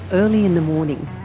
early in the morning.